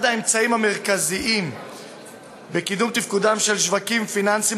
אחד האמצעים המרכזיים לקידום תפקודם של שווקים פיננסיים